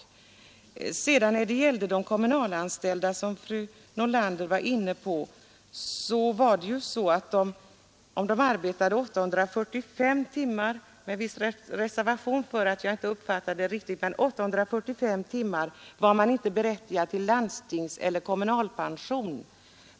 När det sedan gäller de kommunalanställda, som fru Nordlander talade om, så skulle alltså dessa om de arbetade 845 timmar — med viss reservation för att jag inte uppfattade det riktigt — inte vara berättigade till landstingseller kommunalpension.